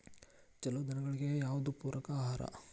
ಛಲೋ ದನಗಳಿಗೆ ಯಾವ್ದು ಪೂರಕ ಆಹಾರ?